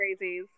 crazies